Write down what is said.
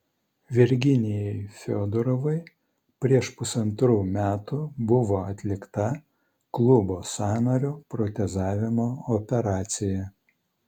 virginijai fiodorovai prieš pusantrų metų buvo atlikta klubo sąnario protezavimo operacija